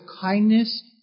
kindness